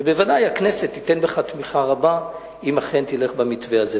בוודאי הכנסת תיתן לך תמיכה רבה אם אכן תלך במתווה הזה.